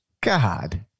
God